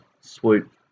swoop